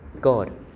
God